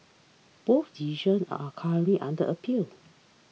both decisions are currently under appeal